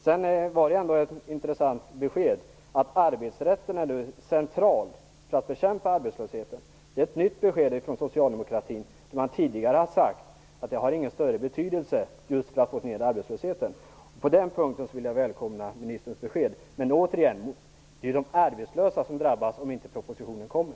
Det var dock ett intressant besked att arbetsrätten är central för att bekämpa arbetslösheten. Det är ett nytt besked från socialdemokratin, som tidigare har sagt att den inte har någon större betydelse för att få ned arbetslösheten. På den punkten vill jag välkomna ministerns besked. Men återigen: Det är de arbetslösa som drabbas om inte propositionen kommer.